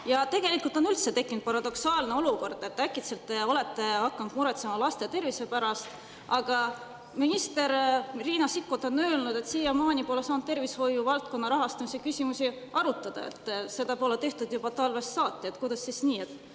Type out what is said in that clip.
maksu. Tegelikult on üldse tekkinud paradoksaalne olukord. Äkitselt te olete hakanud muretsema laste tervise pärast, samas kui minister Riina Sikkut on öelnud, et siiamaani pole saanud tervishoiuvaldkonna rahastamise küsimusi arutada, et seda pole tehtud talvest saati. Kuidas siis nii?